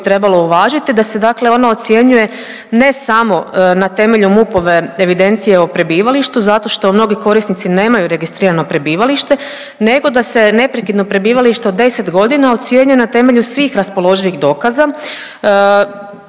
trebalo uvažiti, da se dakle ono ocjenjuje ne samo na temelju MUP-ove evidencije o prebivalištu zato što mnogi korisnici nemaju registrirano prebivalište nego da se neprekidno prebivalište od 10.g. ocjenjuje na temelju svih raspoloživih dokaza,